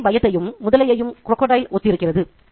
இதே பயத்தையும் முதலையும் ஒத்திருக்கிறது